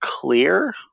clear